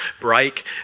break